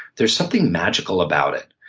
there's something magical about it.